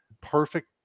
perfect